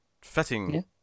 fitting